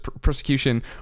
persecution